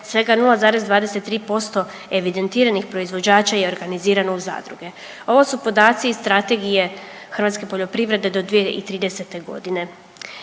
svega 0,23% evidentiranih proizvođača je organizirano u zadruge. Ovo su podaci iz Strategije hrvatske poljoprivrede do 2030. godine.